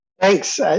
Thanks